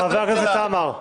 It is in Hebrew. חבר הכנסת עמאר.